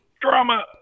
drama